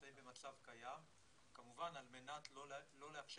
נמצאים במצב קיים כמובן על מנת לא לאפשר